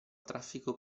traffico